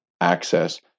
access